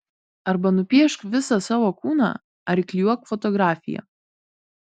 arba nupiešk visą savo kūną ar įklijuok fotografiją